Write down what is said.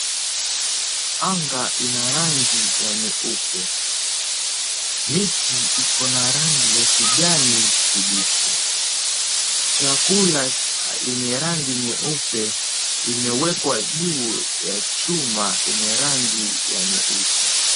Anga ina rangi ya nyeupe. Miti iko na rangi ya kijani kibichi. Chakula yenye rangi nyeupe, imewekwa juu ya chuma yenye rangi ya nyeusi.